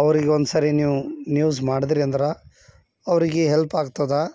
ಅವ್ರಿಗೆ ಒಂದುಸರಿ ನೀವು ನ್ಯೂಸ್ ಮಾಡಿದ್ರಿ ಅಂದ್ರೆ ಅವರಿಗೆ ಹೆಲ್ಪ್ ಆಗ್ತದೆ